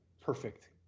perfect